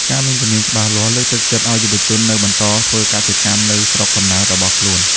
ការមានជំនាញច្បាស់លាស់លើកទឹកចិត្តឱ្យយុវជននៅបន្តធ្វើកសិកម្មនៅស្រុកកំណើតរបស់ខ្លួន។